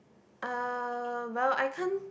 uh well I can't